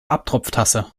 abtropftasse